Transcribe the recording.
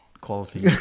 quality